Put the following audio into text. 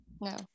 No